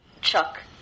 Chuck